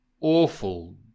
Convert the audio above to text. awful